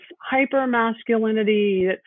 hyper-masculinity